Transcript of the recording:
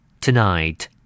Tonight